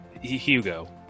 Hugo